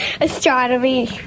astronomy